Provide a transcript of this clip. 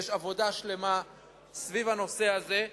יש עבודה שלמה סביב הנושא הזה,